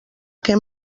què